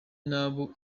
nayo